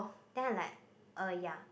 then I'm like oh ya